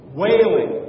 wailing